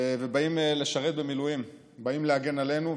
ובאים לשרת במילואים, באים להגן עלינו.